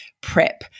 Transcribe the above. prep